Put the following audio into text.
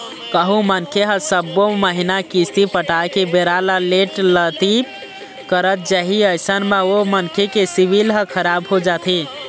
कहूँ मनखे ह सब्बो महिना किस्ती पटाय के बेरा ल लेट लतीफ करत जाही अइसन म ओ मनखे के सिविल ह खराब हो जाथे